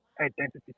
identity